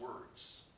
words